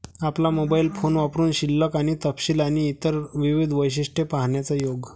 आपला mobile phone वापरुन शिल्लक आणि तपशील आणि इतर विविध वैशिष्ट्ये पाहण्याचा योग